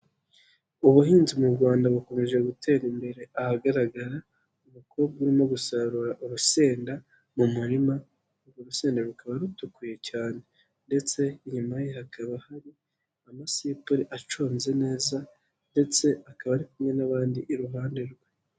Ubuhinzi mu rwanda bukomeje gutera imbere, ahagaragara aba umukobwa urimo gusarura urusenda mu murima, urwo rusenda rukaba rutukuye cyane ndetse inyuma ye hakaba hari amasipure aconze neza ndetse akaba ari kumwe n'abandi iruhande rwe.